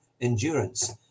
endurance